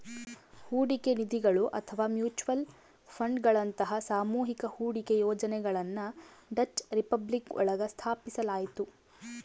ಹೂಡಿಕೆ ನಿಧಿಗಳು ಅಥವಾ ಮ್ಯೂಚುಯಲ್ ಫಂಡ್ಗಳಂತಹ ಸಾಮೂಹಿಕ ಹೂಡಿಕೆ ಯೋಜನೆಗಳನ್ನ ಡಚ್ ರಿಪಬ್ಲಿಕ್ ಒಳಗ ಸ್ಥಾಪಿಸಲಾಯ್ತು